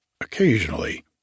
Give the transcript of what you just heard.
occasionally